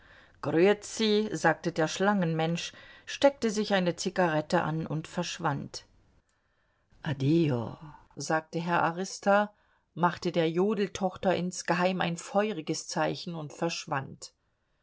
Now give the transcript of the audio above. grüatzi sagte der schlangenmensch steckte sich eine zigarette an und verschwand addio sagte herr arista machte der jodeltochter insgeheim ein feuriges zeichen und verschwand